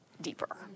deeper